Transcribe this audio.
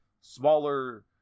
smaller